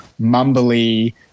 mumbly